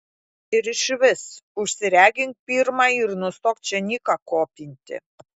ir išvis užsiregink pirma ir nustok čia niką kopinti